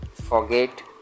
forget